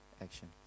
action